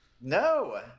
No